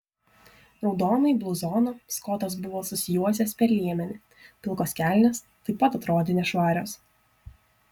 raudonąjį bluzoną skotas buvo susijuosęs per liemenį pilkos kelnės taip pat atrodė nešvarios